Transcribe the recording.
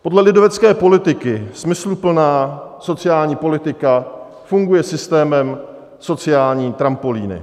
Podle lidovecké politiky smysluplná, sociální politika funguje systémem sociální trampolíny.